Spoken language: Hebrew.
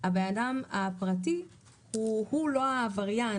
הבן אדם הפרטי הוא לא העבריין.